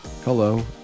Hello